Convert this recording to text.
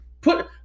put